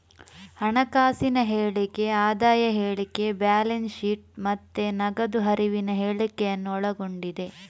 ಹಣಕಾಸಿನ ಹೇಳಿಕೆ ಆದಾಯ ಹೇಳಿಕೆ, ಬ್ಯಾಲೆನ್ಸ್ ಶೀಟ್ ಮತ್ತೆ ನಗದು ಹರಿವಿನ ಹೇಳಿಕೆಯನ್ನ ಒಳಗೊಂಡಿದೆ